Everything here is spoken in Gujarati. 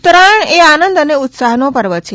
ઉત્તરાયણએ આનંદ અને ઉત્સાહનો પર્વ છે